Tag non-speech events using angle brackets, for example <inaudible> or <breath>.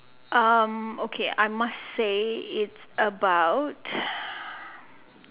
um okay I must say it's about <breath>